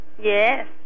Yes